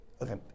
Okay